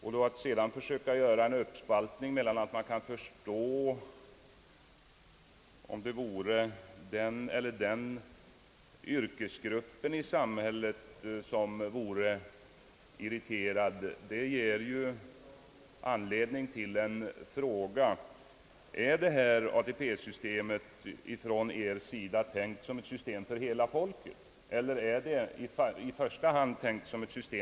När herr Larsson sedan försöker göra en uppspaltning och säger att han skulle förstå resonemanget, om den ena eller andra yrkesgruppen i samhället vore irriterad, så ger han mig anledning till en fråga: Är detta ATP-system från er sida tänkt som ett system för hela folket, eller är det i första hand avsett för vissa grupper?